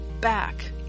back